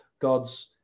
God's